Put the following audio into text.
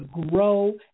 grow